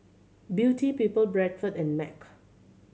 Beauty People Bradford and MAG